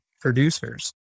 producers